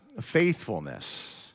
faithfulness